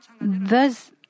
Thus